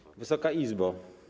Wysoka Izbo!